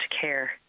care